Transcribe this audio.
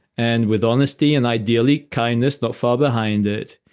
and with honesty and ideally kindness not fair behind it,